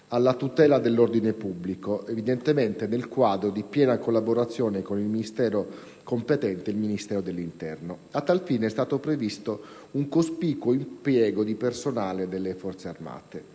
la tutela dell'ordine pubblico, nel quadro di piena collaborazione con il Dicastero competente, quindi il Ministero dell'interno. A tal fine, è stato previsto un cospicuo impiego di personale delle Forze armate.